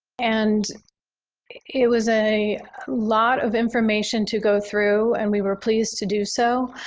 and it was a lot of information to go through and we were pleased to do so.